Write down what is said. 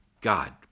God